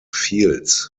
fields